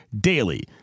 DAILY